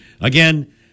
Again